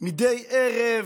מדי ערב.